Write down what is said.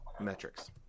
metrics